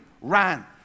ran